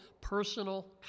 personal